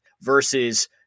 versus